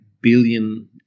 billion